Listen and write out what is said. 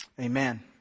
Amen